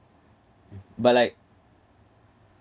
but like